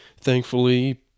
thankfully